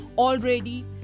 already